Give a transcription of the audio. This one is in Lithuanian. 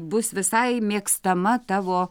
bus visai mėgstama tavo